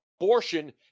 abortion